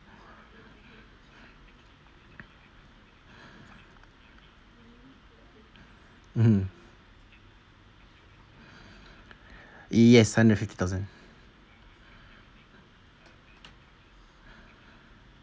mmhmm yes under fifty thousand